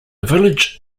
village